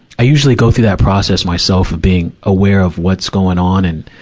i usually go through that process myself of being aware of what's going on. and,